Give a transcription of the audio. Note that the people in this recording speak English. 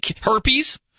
herpes